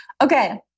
Okay